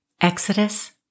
Exodus